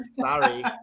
Sorry